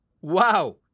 Wow